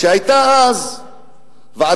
היתה אז ועדת-אור,